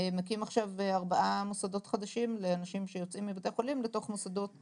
מקים ארבעה מוסדות חדשים לאנשים שיוצאים מבתי חולים לתוך מוסדות גדולים.